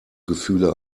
gefühle